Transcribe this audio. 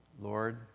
Lord